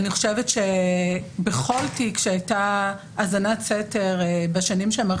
אני חושבת שבכל תיק שהייתה האזנת סתר בשנים שהמערכת